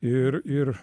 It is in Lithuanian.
ir ir